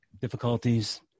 difficulties